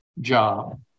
job